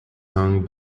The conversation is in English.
song